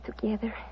together